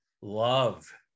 love